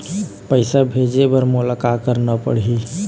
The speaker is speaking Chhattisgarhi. पैसा भेजे बर मोला का करना पड़ही?